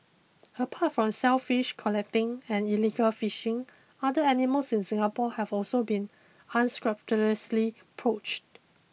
apart from shellfish collecting and illegal fishing other animals in Singapore have also been unscrupulously poached